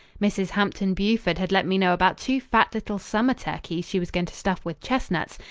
mrs. hampton buford had let me know about two fat little summer turkeys she was going to stuff with chestnuts,